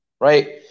right